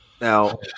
Now